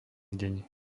deň